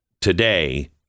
today